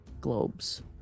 globes